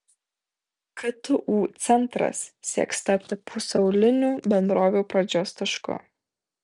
ktu centras sieks tapti pasaulinių bendrovių pradžios tašku